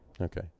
Okay